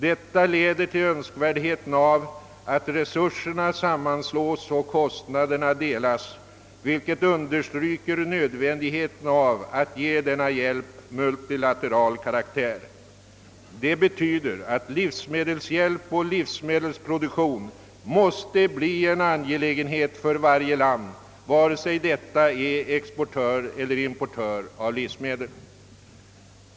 Detta leder till önskvärdheten av att resurserna sammanslås och kostnaderna delas, vilket understryker nödvändigheten av att ge denna hjälp multilateral karaktär. Det betyder att livsmedelshjälp och livsmedelsproduktion måste bli en angelägenhet för varje land vare sig detta är exportör eller importör av livsmedel.